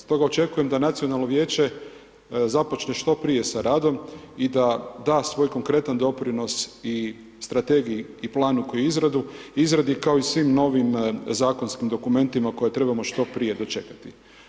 Stoga očekujem da nacionalno vijeće započne što prije sa radom i da da svoj konkretan doprinos i strategiji i planu koji je u izradi, kao i svim novim zakonskim dokumentima koje trebamo što prije dočekati.